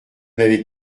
n’avez